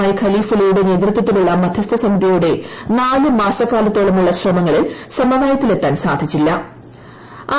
I ഖലീഫുള്ളയുടെ നേതൃത്വത്തിലുള്ള മദ്ധ്യസ്ഥ സമിതിയുടെ നാല് മാസക്കാലത്തോളമുള്ള ശ്രമങ്ങളിൽ സമവായത്തിലെത്താൻ സാധിച്ചിരുന്നില്ല